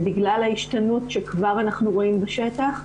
בגלל ההשתנות שכבר אנחנו רואים בשטח.